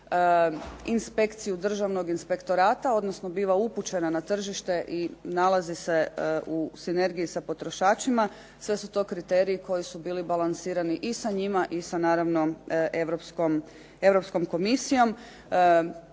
inspekciju Državnog inspektorata odnosno biva upućena na tržište i nalazi se u sinergiji sa potrošačima, sve su to kriteriji koji su bili balansirani i sa njima i sa naravno Europskom komisijom.